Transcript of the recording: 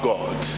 God